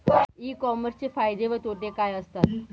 E कॉमर्सचे फायदे व तोटे काय असतात?